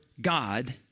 God